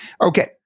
Okay